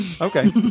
Okay